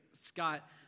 Scott